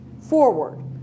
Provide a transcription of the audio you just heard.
forward